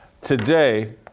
Today